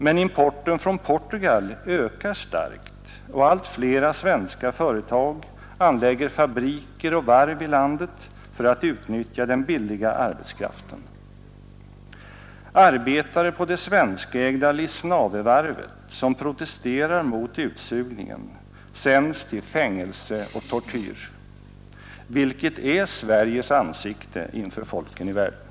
Men importen från Portugal ökar starkt, och allt fler svenska företag anlägger fabriker och varv i landet för att utnyttja den billiga arbetskraften. Arbetare på det svenskägda Lisnavevarvet, som protesterar mot utsugningen, sänds till fängelse och tortyr. Vilket är Sveriges ansikte inför folken i världen?